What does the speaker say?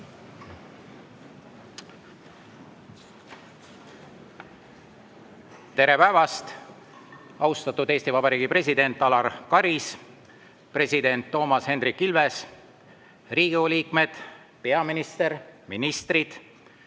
Tere päevast, austatud Eesti Vabariigi president Alar Karis, president Toomas Hendrik Ilves, Riigikogu liikmed, peaminister, ministrid,